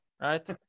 right